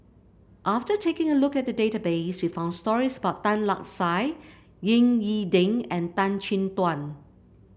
after taking a look at the database we found stories about Tan Lark Sye Ying E Ding and Tan Chin Tuan